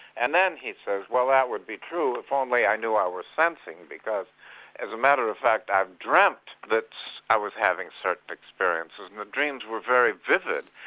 and then he says, well that would be true if only i knew i was sensing, because as a matter of fact i've dreamt that i was having certain experiences and the dreams were very vivid,